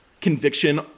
conviction